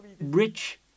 rich